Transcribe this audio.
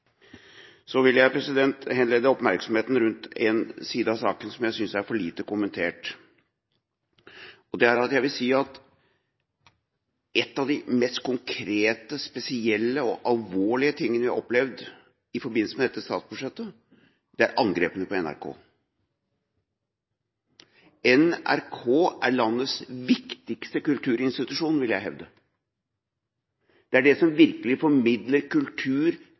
Så vil jeg henlede oppmerksomheten på en side av saka som jeg synes er for lite kommentert. Det er at noe av det mest konkrete, spesielle og alvorlige vi har opplevd i forbindelse med dette statsbudsjettet, er angrepene på NRK. NRK er landets viktigste kulturinstitusjon, vil jeg hevde. Det er NRK som virkelig formidler kultur,